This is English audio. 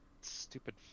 stupid